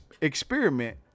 experiment